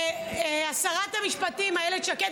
שרת המשפטים איילת שקד,